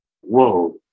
whoa